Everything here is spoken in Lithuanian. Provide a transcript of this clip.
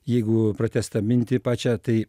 jeigu pratęst tą mintį pačią tai